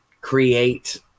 create